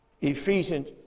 Ephesians